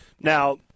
Now